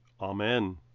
Amen